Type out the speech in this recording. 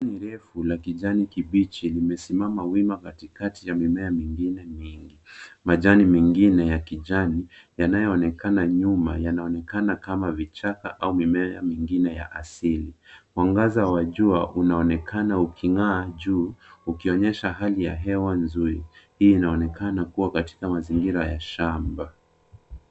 Mmea mrefu wa kijani kibichi umesimama wima katikati ya mimea mingine mingi. Majani mengine ya kijani, yanayoonekana nyuma, yanaonekana kama vichaka au mimea mingine ya asili. Mwangaza wa jua unaonekana uking’aa, ukionyesha hali ya hewa nzuri. Inaonekana kuwa katikati ya mazingira ya shamba.